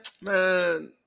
man